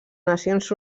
nacions